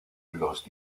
los